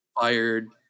fired